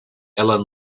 ela